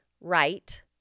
right